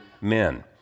men